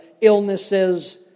illnesses